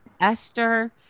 Esther